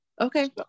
Okay